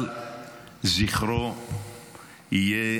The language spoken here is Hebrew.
אבל זכרו יהיה